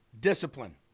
Discipline